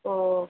ஓ